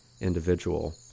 individual